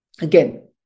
Again